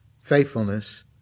faithfulness